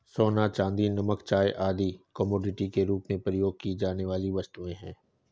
सोना, चांदी, नमक, चाय आदि कमोडिटी के रूप में प्रयोग की जाने वाली वस्तुएँ हैं